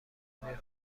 های